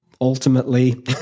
ultimately